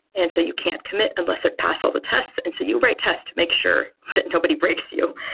and so you can't commit unless it passed all the tests. and so you write test to make sure that nobody breaks you.